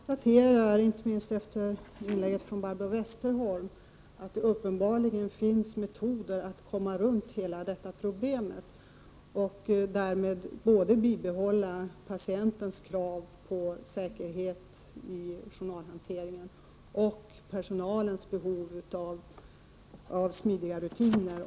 Fru talman! Jag konstaterar, inte minst efter Barbro Westerholms inlägg, att det uppenbarligen finns metoder att komma runt hela problemet och därmed bibehålla både patientens krav på säkerhet i journalhanteringen och personalens behov av smidiga rutiner.